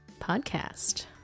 podcast